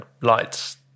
lights